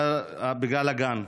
בגלל הגן.